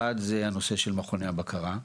אחד זה הנושא של מכוני הבקרה,